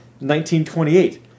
1928